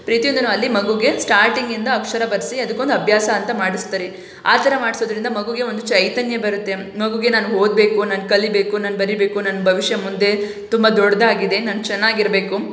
ಪ್ರತಿಯೊಂದನ್ನು ಅಲ್ಲಿ ಮಗುಗೆ ಸ್ಟಾರ್ಟಿಂಗಿಂದ ಅಕ್ಷರ ಬರೆಸಿ ಅದಕ್ಕೊಂದು ಅಭ್ಯಾಸ ಅಂತ ಮಾಡಿಸ್ತಾರೆ ಆ ಥರ ಮಾಡಿಸೋದ್ರಿಂದ ಮಗುಗೆ ಒಂದು ಚೈತನ್ಯ ಬರುತ್ತೆ ಮಗುಗೆ ನಾನು ಓದ್ಬೇಕು ನಾನು ಕಲಿಬೇಕು ನಾನು ಬರಿಬೇಕು ನನ್ನ ಭವಿಷ್ಯ ಮುಂದೆ ತುಂಬ ದೊಡ್ಡದಾಗಿದೆ ನಾನು ಚೆನ್ನಾಗಿರ್ಬೇಕು